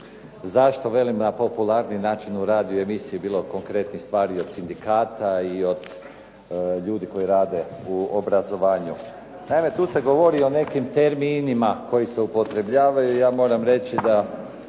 Zašto velim na popularniji način u radiju i emisiji bilo konkretnih stvari i od sindikata i od ljudi koji rade u obrazovanju. Naime, tu se govori o nekim terminima koji se upotrebljavaju. Ja moram reći da